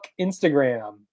Instagram